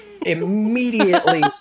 immediately